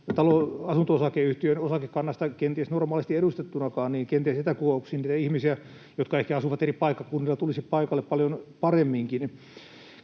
osaa asunto-osakeyhtiön osakekannasta paikalla kenties normaalistikaan edustettuna, niin että kenties etäkokouksiin niitä ihmisiä, jotka ehkä asuvat eri paikkakunnilla, tulisi paikalle paljon paremminkin.